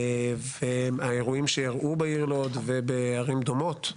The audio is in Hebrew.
והאירועים שאירעו בעיר לוד ובערים דומות,